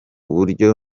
buryo